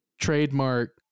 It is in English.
trademark